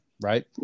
right